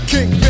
King